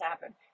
happen